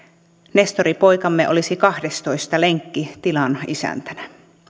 nestori poikamme olisi kahdestoista lenkki tilan isäntänä